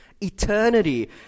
eternity